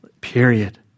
Period